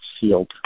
sealed